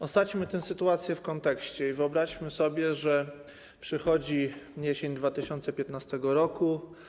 Osadźmy tę sytuację w kontekście i wyobraźmy sobie, że przychodzi jesień 2015 r.